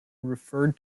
referred